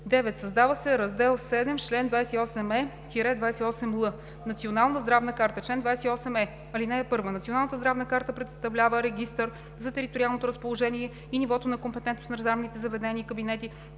9. Създава се Раздел VII с чл. 28е – 28л: „Национална здравна карта Чл. 28е. (1) Националната здравна карта представлява регистър за териториалното разположение и нивото на компетентност на здравните заведения и кабинети